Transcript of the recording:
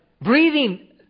Breathing